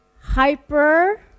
Hyper